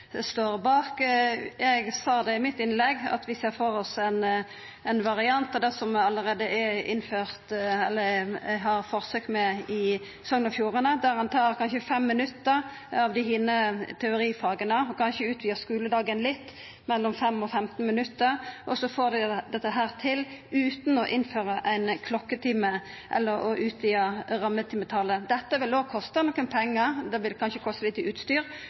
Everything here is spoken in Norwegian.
står bak. Eg sa i mitt innlegg at vi ser for oss ein variant av det som ein allereie har forsøk med i Sogn og Fjordane, der ein tar kanskje 5 minutt frå dei andre teorifaga og kanskje utvidar skuledagen litt, mellom 5 og 15 minutt, og så får dei dette til utan å innføra ein klokketime eller å utvida rammetimetalet. Dette vil òg kosta litt pengar, det vil kanskje kosta litt i utstyr,